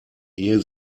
ehe